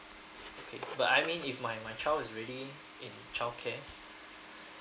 okay but I mean if my my child is already in childcare